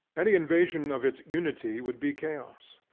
any invasion of its unity would be chaos.